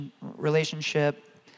relationship